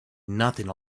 nothing